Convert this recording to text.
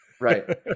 Right